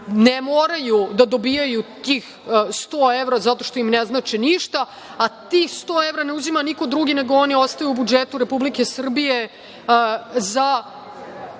ne moraju da dobijaju tih 100 evra zato što im ne znači ništa, a tih 100 evra ne uzima niko drugi, nego one ostaju u budžetu Republike Srbije za,